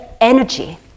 energy